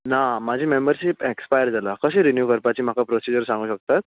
ना म्हाजी membership expire जाला कशी रिनीव करपाची म्हाका प्रोसिज्यर सांगूंक शकतात